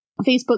facebook